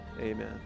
amen